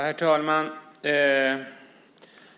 Herr talman!